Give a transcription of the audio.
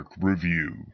review